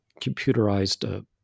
computerized